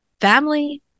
family